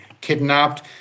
kidnapped